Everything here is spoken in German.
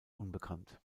unbekannt